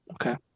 Okay